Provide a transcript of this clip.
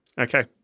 Okay